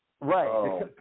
Right